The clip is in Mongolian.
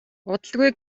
удалгүй